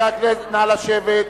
חברי הכנסת, נא לשבת.